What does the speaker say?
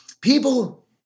people